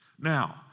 Now